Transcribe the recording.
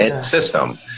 system